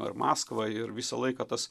ar maskvą ir visą laiką tas